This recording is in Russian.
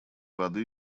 воды